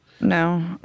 No